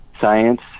Science